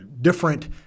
different